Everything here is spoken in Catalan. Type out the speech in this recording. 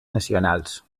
nacionals